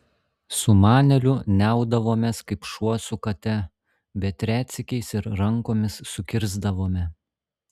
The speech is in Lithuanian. su maneliu niaudavomės kaip šuo su kate bet retsykiais ir rankomis sukirsdavome